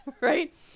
right